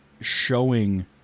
showing